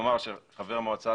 כלומר, חבר מועצה